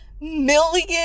million